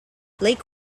lake